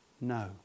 no